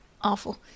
Awful